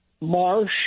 Marsh